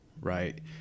right